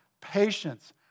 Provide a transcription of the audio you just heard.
patience